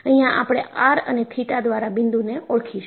અહિયાં આપણે r અને થીટા દ્વારા બિંદુને ઓળખીશું